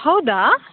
ಹೌದಾ